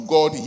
God